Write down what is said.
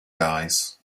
guys